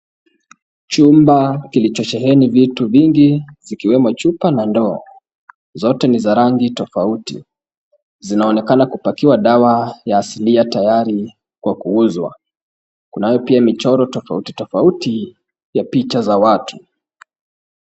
Chumba kilichosheheni vitu vingi, zikiwemo chupa na ndoo. Zote ni za rangi tofauti. Zinaonekana kupakiwa dawa ya asilia tayari kwa kuuzwa, kunayo pia michoro tofauti tofauti ya picha za watu.